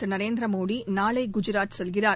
திரு நரேந்திர மோடி நாளை குஜராத் செல்கிறார்